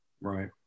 right